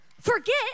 Forget